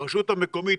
הרשות המקומית,